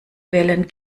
wellen